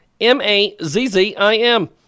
M-A-Z-Z-I-M